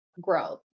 growth